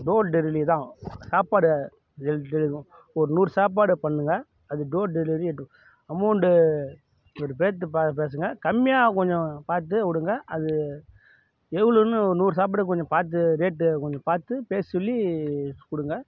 door delivery தான் சாப்பாடு ஒரு நூறு சாப்பாடு பண்ணுங்க அது டோர் டெலிவெரி அமோண்டு பார்த்து பேசுங்க கம்மியாக் கொஞ்சம் பார்த்து விடுங்க அது எவ்வளோன்னு ஒரு நூறு சாப்பாடு கொஞ்சம் பார்த்து ரேட் அது கொஞ்சம் பார்த்து பேசி சொல்லி கொடுங்க